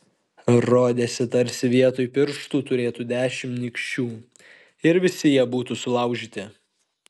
rodėsi tarsi vietoj pirštų turėtų dešimt nykščių ir visi jie būtų sulaužyti